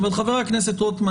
אבל חבר הכנסת רוטמן